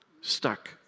stuck